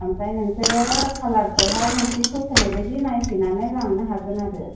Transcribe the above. ओमफ्राय नोंसोरो कालारखौ हाय नोंसिनि फसायनाय बायदि नायफैनानै लांनो हागोन आरो